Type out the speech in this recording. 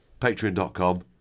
patreon.com